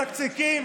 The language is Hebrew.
מצקצקים,